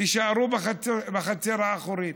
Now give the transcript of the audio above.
תישארו בחצר האחורית.